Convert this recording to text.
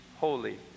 Holy